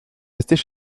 restait